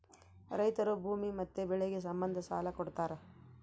ರೈತರು ಭೂಮಿ ಮತ್ತೆ ಬೆಳೆಗೆ ಸಂಬಂಧ ಸಾಲ ಕೊಡ್ತಾರ